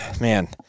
man